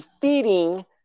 defeating